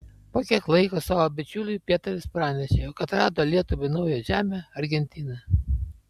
po kiek laiko savo bičiuliui pietaris pranešė jog atrado lietuvai naują žemę argentiną